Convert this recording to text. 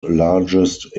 largest